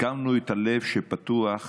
הקמנו את "הלב", שפתוח